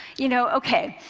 you know, okay,